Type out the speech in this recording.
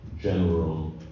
general